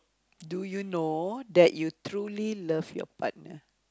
do you know that you truly love your partner